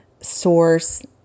source